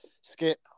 Skip